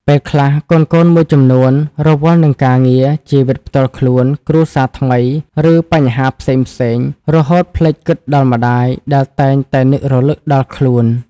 ពេលខ្លះ កូនៗមួយចំនួនរវល់នឹងការងារ ជីវិតផ្ទាល់ខ្លួន គ្រួសារថ្មី ឬបញ្ហាផ្សេងៗ រហូតភ្លេចគិតដល់ម្ដាយដែលតែងតែនឹករលឹកដល់ខ្លួន។